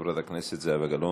חברת הכנסת זהבה גלאון,